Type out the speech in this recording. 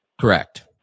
Correct